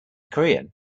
korean